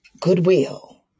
goodwill